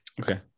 Okay